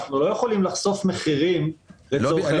אנחנו לא יכולים לחשוף מחירים --- לא,